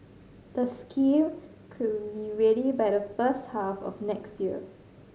the scheme could be ready by the first half of next year